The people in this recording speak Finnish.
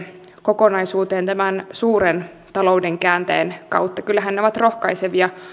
kokonaisuuteen tämän suuren talouden käänteen kautta kyllähän ne ovat rohkaisevia